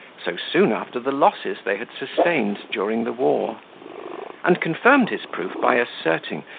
so soon after the losses they had sustained during the war and confirmed his proof by asserting,